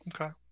Okay